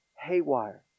haywire